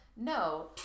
No